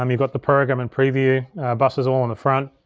um you got the program and preview buses all on the front.